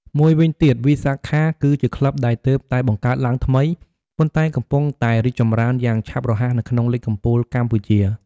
មួយវិញទៀតវិសាខាគឺជាក្លឹបដែលទើបតែបង្កើតឡើងថ្មី ប៉ុន្តែកំពុងតែរីកចម្រើនយ៉ាងឆាប់រហ័សនៅក្នុងលីគកំពូលកម្ពុជា។